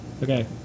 Okay